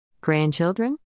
Grandchildren